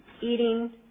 eating